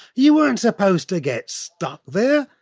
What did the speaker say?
you weren't supposed to get stuck there!